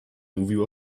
mówił